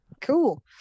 Cool